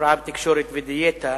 הפרעה בתקשורת ודיאטה,